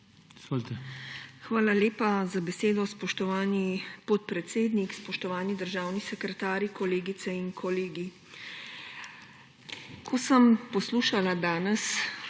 Hvala lepa za besedo, spoštovani podpredsednik. Spoštovani državni sekretarji, kolegice in kolegi! Ko sem poslušala danes